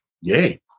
yay